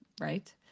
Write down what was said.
right